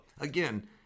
again